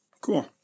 cool